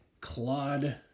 Claude